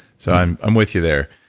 so i'm i'm with you there.